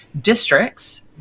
districts